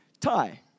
Tie